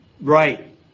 Right